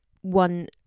one